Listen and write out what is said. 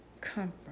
comfort